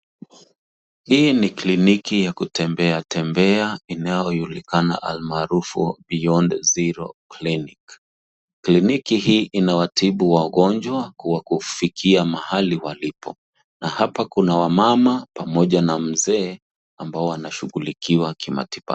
Hii ni kliniki ya kutembea tembea inayojulikana almarufu Beyond Zero Clinic. Kliniki hii inawatibu wagonjwa kuwafikia mahali walipo. Na hapa kuna wamama pamoja na mzee ambao wanashughulikiwa kimatibabu.